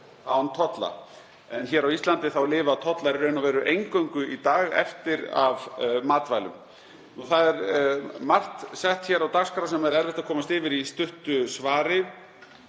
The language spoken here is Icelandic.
án tolla. En á Íslandi lifa tollar í raun og veru eingöngu í dag eftir á matvælum. Margt er sett hér á dagskrá sem er erfitt að komast yfir í stuttu svari